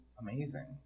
amazing